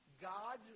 God